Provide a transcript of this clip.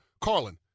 Carlin